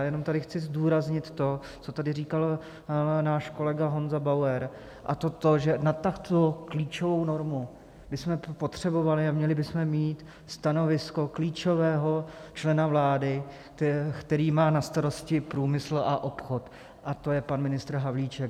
Jenom tady chci zdůraznit to, co tady říkal náš kolega Honza Bauer, a to to, že na takto klíčovou normu bychom tu potřebovali a měli bychom mít stanovisko klíčového člena vlády, který má na starosti průmysl a obchod, a to je pan ministr Havlíček.